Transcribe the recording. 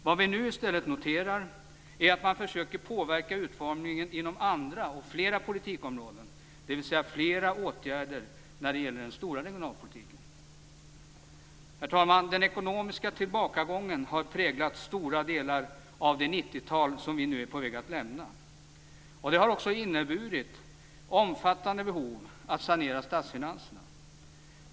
Vad vi nu i stället noterar är att man försöker påverka utformningen inom andra och flera politikområden, dvs. att man vidtar flera åtgärder när det gäller den stora regionalpolitiken. Herr talman! Den ekonomiska tillbakagången har präglat stora delar av det 90-tal vi nu är på väg att lämna. Det har också inneburit omfattande behov av att sanera statsfinanserna.